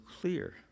clear